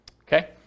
Okay